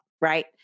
right